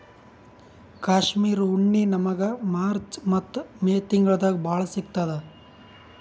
ಕಾಶ್ಮೀರ್ ಉಣ್ಣಿ ನಮ್ಮಗ್ ಮಾರ್ಚ್ ಮತ್ತ್ ಮೇ ತಿಂಗಳ್ದಾಗ್ ಭಾಳ್ ಸಿಗತ್ತದ್